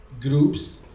groups